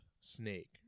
Snake